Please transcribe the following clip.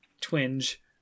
twinge